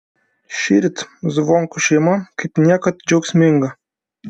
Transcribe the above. šįryt zvonkų šeima kaip niekad džiaugsminga